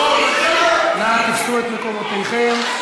נא תפסו את מקומותיכם.